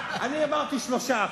אני אמרתי 3%,